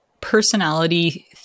personality